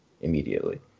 immediately